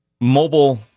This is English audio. mobile